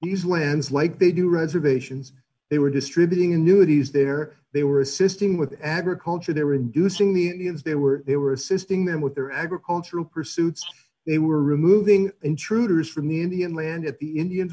these lands like they do reservations they were distributing in nudies there they were assisting with agriculture there were inducing the indians there were they were assisting them with their agricultural pursuits they were removing intruders from the indian land at the indians